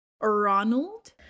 Ronald